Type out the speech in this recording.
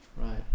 Right